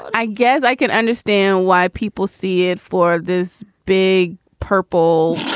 i guess i can understand why people see it for this big purple